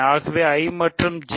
ஆகவே I மற்றும் J